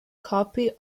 copy